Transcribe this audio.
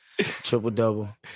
Triple-double